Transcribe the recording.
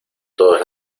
todas